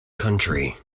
country